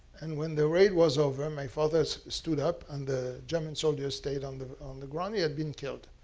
and when the raid was over, my father stood up, and the german soldier stayed on the the ground. he had been killed.